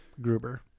Gruber